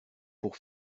pour